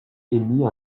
émis